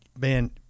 man